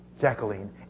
Jacqueline